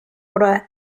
oder